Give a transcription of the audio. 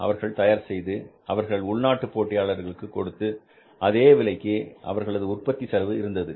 அவர்கள் அதை தயார் செய்து அவர்கள் உள்நாட்டு போட்டியாளர்கள் கொடுத்த அதே விலைக்கு அவர்களது உற்பத்தி செலவு இருந்தது